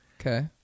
Okay